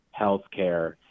healthcare